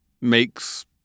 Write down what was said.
makes